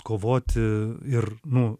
kovoti ir nu